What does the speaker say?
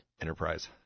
enterprise